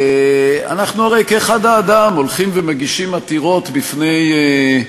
אנחנו הרי כאחד האדם, הולכים ומגישים עתירות בפני,